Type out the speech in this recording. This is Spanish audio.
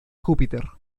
júpiter